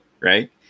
right